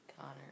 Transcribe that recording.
Connor